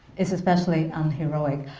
is especially unheroic.